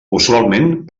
usualment